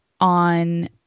on